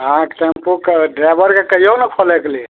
अहाँक टेम्पूके ड्राइबरके कहियौ ने खोलैके लिये